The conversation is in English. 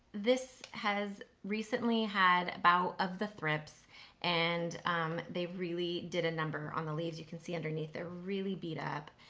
this has recently had a bout of the thrips and they really did a number on the leaves. you can see underneath, they're really beat up.